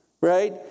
right